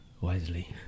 wisely